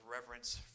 reverence